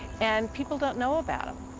and people don't know about them.